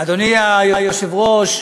אדוני היושב-ראש,